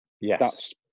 Yes